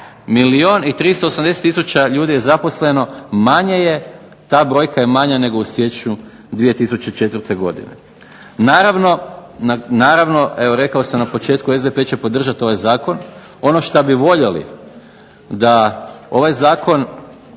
milijun i 380 tisuća ljudi je zaposleno, manje je, ta brojka je manja nego u siječnju 2004. godine. Naravno, evo rekao sam na početku SDP će podržati ovaj zakon. Ono šta bi voljeli da ovaj zakon